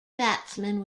batsman